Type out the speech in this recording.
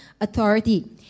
authority